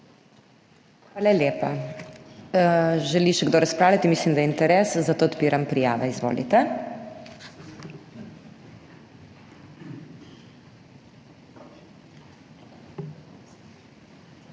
Hvala lepa. Želi še kdo razpravljati? Mislim, da je interes, zato odpiram prijave. Izvolite. Najprej